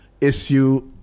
issue